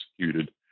executed